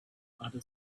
other